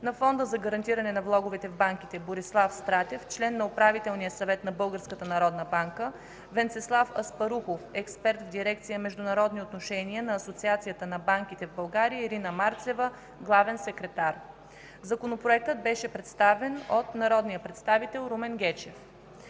на Фонда за гарантиране на влоговете в банките: Борислав Стратев – член на Управителния съвет на Българската народна банка, Венцеслав Аспарухов – експерт в дирекция „Международни отношения” на Асоциацията на банките в България, Ирина Марцева – главен секретар. Законопроектът беше представен от народния представител Румен Гечев.